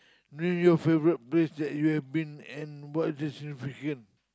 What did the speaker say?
name your favourite place that you have been and what's the significant